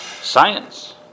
Science